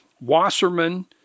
Wasserman